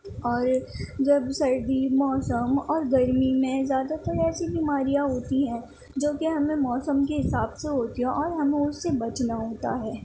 اور جب سردی موسم اور گرمی میں زیادہ تر ایسی بیماریاں ہوتی ہیں جو کہ ہمیں موسم کے حساب سے ہوتی ہیں اور ہمیں اس سے بچنا ہوتا ہے